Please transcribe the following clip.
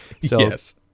Yes